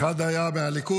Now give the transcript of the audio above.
אחד היה מהליכוד,